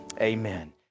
Amen